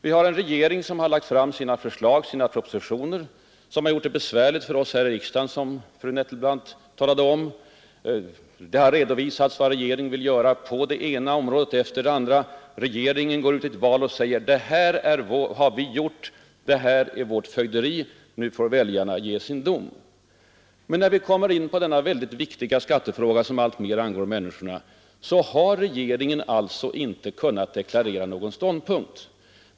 Vi har en regering som lagt fram sina förslag, sina många propositioner, som har gjort det besvärligt för oss här i riksdagen, vilket fru andre vice talmannen Nettelbrandt talade om. Det har redovisats vad regeringen vill göra på det ena området efter det andra. Regeringen går ut i ett val och säger: Det här har vi gjort, det här är vårt fögderi — nu får väljarna fälla sin dom. Men när vi kommer in på den viktiga skattefråga som alltmer angår människorna vill regeringen alltså inte deklarera någon ståndpunkt.